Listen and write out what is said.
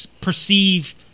perceive